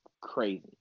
crazy